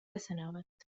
سنوات